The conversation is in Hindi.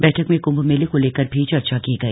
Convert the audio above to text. बठक में क्म्भ मेले को लेकर भी चर्चा की गई